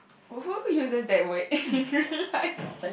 who who uses that word in real life